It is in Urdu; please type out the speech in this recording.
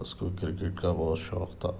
اس کو کرکٹ کا بہت شوق تھا